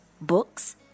books